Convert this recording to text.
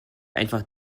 einfach